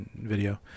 video